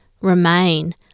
remain